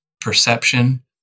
perception